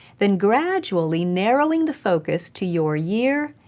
then gradually narrowing the focus to your year,